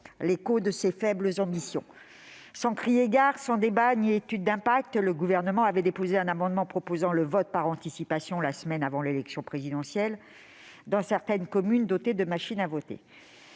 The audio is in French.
l'écho de ses faibles ambitions. Sans crier gare, sans débat ni étude d'impact, le Gouvernement a déposé un amendement visant à proposer le vote par anticipation la semaine avant l'élection présidentielle dans certaines communes dotées de machines à voter.